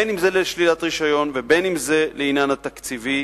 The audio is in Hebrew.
אם לשלילת רשיון ואם לעניין התקציבי,